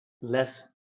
less